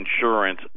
insurance